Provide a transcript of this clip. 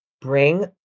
bring